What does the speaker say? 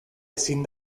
ezin